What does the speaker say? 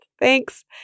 Thanks